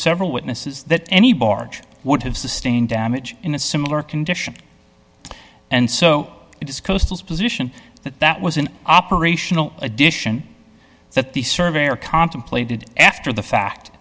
several witnesses that any barge would have sustained damage in a similar condition and so it is coastal position that that was an operational addition that the surveyor contemplated after the fact